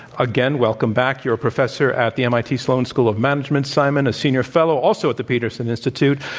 again, welcome back. you're a professor at the mit sloan school of management, simon, a senior fellow also at the peterson institute,